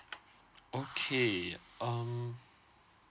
okay um